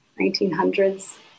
1900s